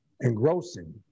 engrossing